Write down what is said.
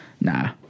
Nah